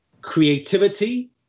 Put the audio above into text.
creativity